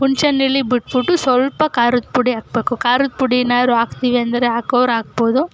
ಹುಣ್ಸೇ ಹಣ್ಣು ಹುಳಿ ಬಿಟ್ಬಿಟ್ಟು ಸ್ವಲ್ಪ ಖಾರದ ಪುಡಿ ಹಾಕ್ಬೇಕು ಖಾರದ ಪುಡಿನಾದ್ರೂ ಹಾಕ್ತೀವಿ ಅಂದರೆ ಹಾಕೋರು ಹಾಕ್ಬೋದು